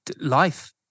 life